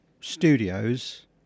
studios